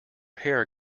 hair